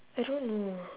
I don't know